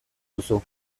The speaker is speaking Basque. duzu